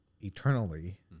eternally